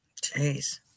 Jeez